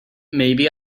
maybe